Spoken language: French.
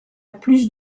plus